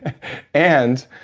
and,